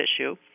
issue